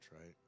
right